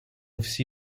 всі